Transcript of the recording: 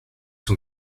son